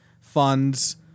funds